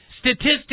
Statistics